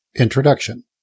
Introduction